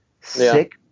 sick